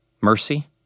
mercy